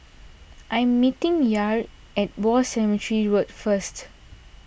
I am meeting Yair at War Cemetery Road first